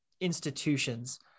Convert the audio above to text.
institutions